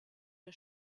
der